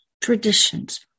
traditions